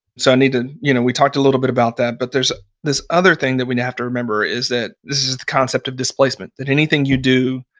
so, and you know we talked a little bit about that, but there's this other thing that we have to remember, is that this is the concept of displacement, that anything you do